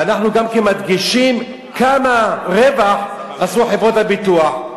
ואנחנו גם כן מדגישים כמה רווח עשו חברות הביטוח.